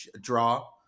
draw